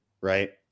right